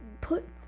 put